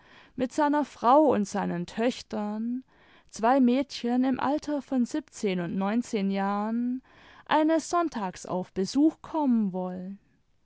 mit seiner frau und seinen töchtern zwei mädchen im alter von siebzehn und neunzehn jahren eines sonntags auf besuch kommen wollen